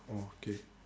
oh okay